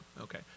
Okay